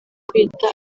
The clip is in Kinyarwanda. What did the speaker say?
kuyita